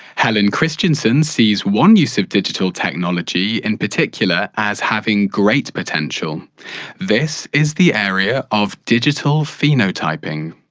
helen christensen sees one use of digital technology in particular as having great potential this is the area of digital phenotyping.